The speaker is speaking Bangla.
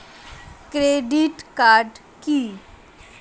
ক্রেডিট কার্ড কি?